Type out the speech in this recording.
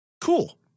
cool